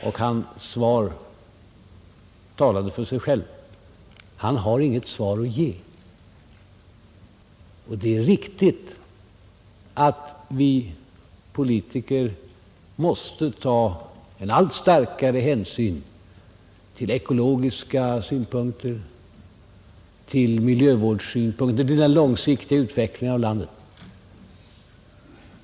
Herr Heléns svar talade för sig självt — han har inget svar att ge. Det är riktigt att vi politiker måste ta en allt större hänsyn till ekologiska synpunkter och till den långsiktiga utvecklingen av landet.